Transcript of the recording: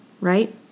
right